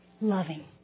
loving